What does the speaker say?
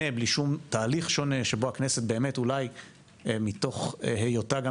בלי שום תהליך שונה שבו הכנסת באמת אולי מתוך היותה גם